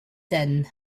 din